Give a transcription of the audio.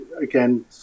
again